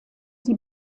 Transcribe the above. sie